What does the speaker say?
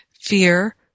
fear